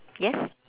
yes